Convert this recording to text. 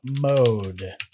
mode